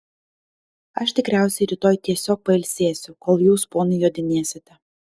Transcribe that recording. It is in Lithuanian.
aš tikriausiai rytoj tiesiog pailsėsiu kol jūs ponai jodinėsite